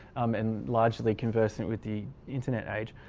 and largely conversing with the internet age,